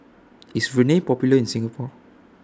IS Rene Popular in Singapore